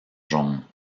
jaunes